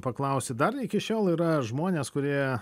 paklausti dar iki šiol yra žmonės kurie